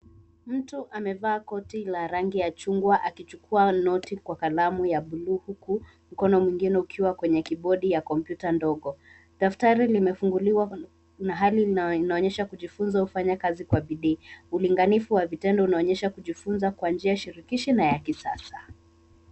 Mtu amevaa koti la rangi ya chungwa akichukua noti kwa kalamu ya buluu huku mkono mwingine ukiwa kwenye kibodi ya kompyuta ndogo. Daftari limefunguliwa na hali inaonyesha kujifunza ufanyakazi kwa bidii. Ulinganisho wa vitendo unaonyesha kujifunza kwa njia shirikishi na ya kisasa.